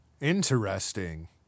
Interesting